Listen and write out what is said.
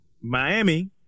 Miami